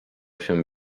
się